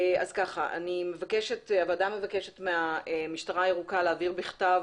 הוועדה מבקשת מהמשטרה הירוקה להעביר בכתב